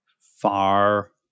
far